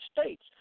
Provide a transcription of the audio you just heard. States